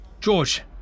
george